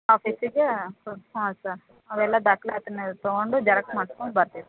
ಆಫೀಸಿಗೆ ಹ್ಞೂ ಸರ್ ಅವೆಲ್ಲ ದಾಖಲಾತಿನ ತೊಗೊಂಡು ಜೆರಾಕ್ಸ್ ಮಾಡ್ಸ್ಕೊಂಡು ಬರ್ತೀನಿ ಸರ್